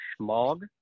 Schmog